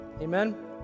amen